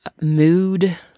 mood